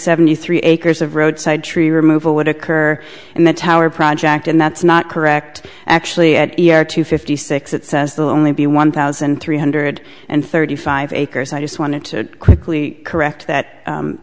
seventy three acres of roadside tree removal would occur and the tower project and that's not correct actually at two fifty six it says they'll only be one thousand three hundred and thirty five acres i just wanted to quickly correct that